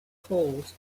calls